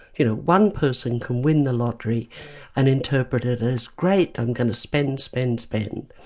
you know one person can win the lottery and interpret it as great, i'm going to spend, spend, spend'.